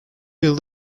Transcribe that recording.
yıl